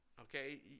Okay